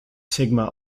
sigma